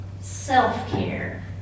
self-care